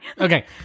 Okay